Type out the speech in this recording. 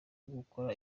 gukora